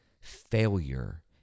failure